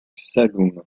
saloum